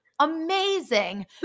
amazing